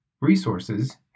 Resources